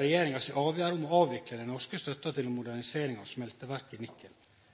regjeringa si avgjerd om å avvikle den norske støtta til modernisering av smelteverket i Nikel.